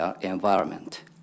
environment